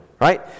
right